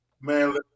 man